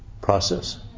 process